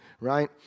right